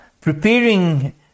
preparing